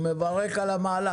הוא מברך על המהלך.